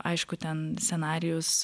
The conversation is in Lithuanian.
aišku ten scenarijus